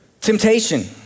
Temptation